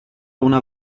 una